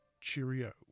Cheerio